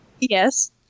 Yes